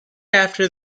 after